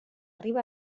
riba